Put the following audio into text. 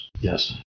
Yes